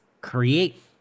create